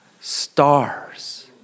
stars